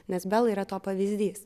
nes bela yra to pavyzdys